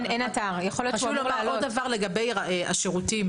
חשוב לי לומר עוד דבר לגבי השירותים: